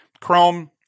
Chrome